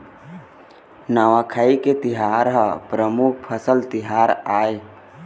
नवाखाई के तिहार ह परमुख फसल तिहार आय